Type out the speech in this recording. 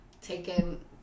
taken